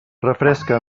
refresca